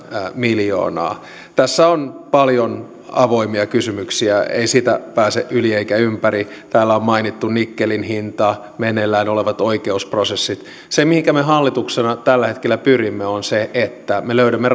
miljoonaa tässä on paljon avoimia kysymyksiä ei siitä pääse yli eikä ympäri täällä on mainittu nikkelin hinta meneillään olevat oikeusprosessit se mihinkä me hallituksena tällä hetkellä pyrimme on se että me löydämme